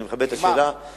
אני מכבד את השאלה והשבתי,